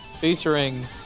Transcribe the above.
Featuring